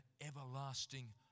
everlasting